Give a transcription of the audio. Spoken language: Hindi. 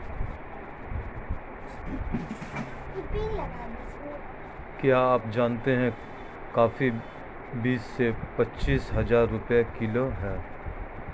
क्या आप जानते है कॉफ़ी बीस से पच्चीस हज़ार रुपए किलो है?